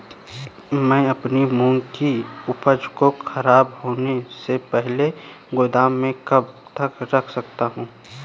मैं अपनी मूंग की उपज को ख़राब होने से पहले गोदाम में कब तक रख सकता हूँ?